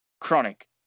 Chronic